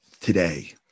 Today